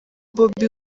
bobi